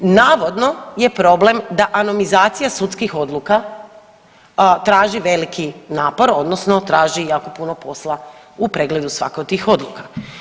Navodno je problem da anomizacija sudskih odluka traži veliki napor odnosno traži jako puno posla u pregledu svake od tih odluka.